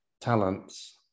talents